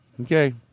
Okay